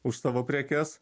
už savo prekes